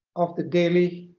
of the daily